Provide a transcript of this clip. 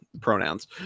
pronouns